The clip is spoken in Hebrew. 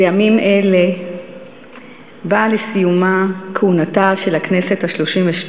בימים אלה באה לסיומה כהונתה של הממשלה ה-32